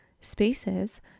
spaces